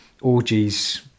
orgies